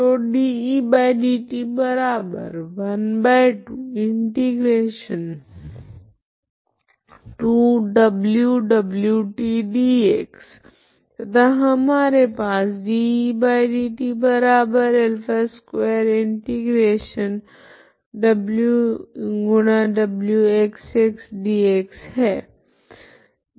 तो तथा हमारे पास है